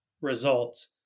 results